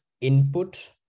input